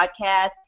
podcast